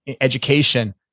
education